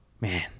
Man